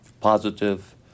positive